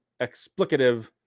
explicative